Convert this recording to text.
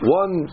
one